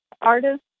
Artist